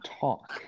talk